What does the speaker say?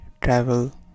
travel